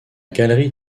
galerie